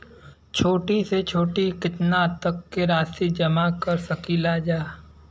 छोटी से छोटी कितना तक के राशि जमा कर सकीलाजा?